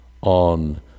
on